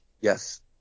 Yes